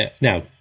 Now